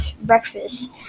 breakfast